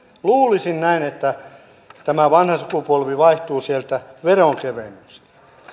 luulisin näin että tämä vanha sukupolvi vaihtuu sieltä veronkevennyksellä